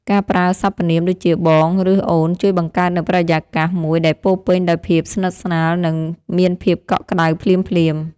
ការប្រើសព្វនាមដូចជាបងឬអូនជួយបង្កើតនូវបរិយាកាសមួយដែលពោរពេញដោយភាពស្និទ្ធស្នាលនិងមានភាពកក់ក្តៅភ្លាមៗ។